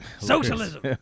socialism